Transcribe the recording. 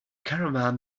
caravan